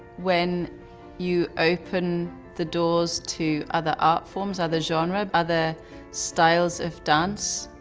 when you open the doors to other art forms, other genres, other styles of dance,